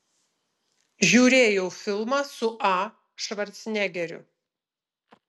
žiūrėjau filmą su a švarcnegeriu